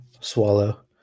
swallow